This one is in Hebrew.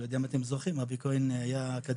אני לא יודע אם אתם זוכרים: אבי כהן היה כדורגלן,